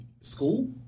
school